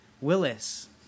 Willis